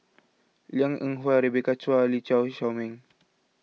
Liang Eng Hwa Rebecca Chua Lee Shao Meng